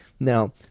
Now